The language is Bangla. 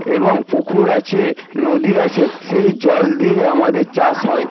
এবং পুকুর আছে নদী আছে সেই জল দিয়ে আমাদের চাষ হয়